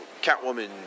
Catwoman